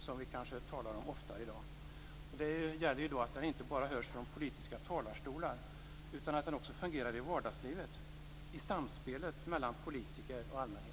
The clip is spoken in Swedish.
Det gäller då att detta inte bara är något som hörs från politiska talarstolar utan att det också fungerar i vardagslivet, i samspelet mellan politiker och allmänhet.